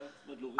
יכול להיות.